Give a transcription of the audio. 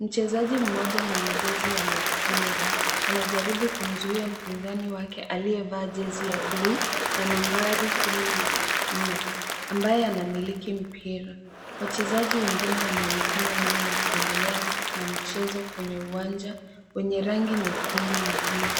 Mchezaji mmoja mwenye jezi ya machungwa anajaribu kumzuia mpinzani wake aliyevaa jezi ya bluu na nambari kumi na nne ambaye anamiliki mpira. Wachezaji wengine wanaonekana nyuma wakiendelea na mchezo kwenye uwanja wenye rangi nyekundu na bluu.